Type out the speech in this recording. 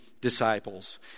disciples